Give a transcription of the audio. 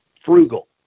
frugal